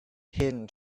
hidden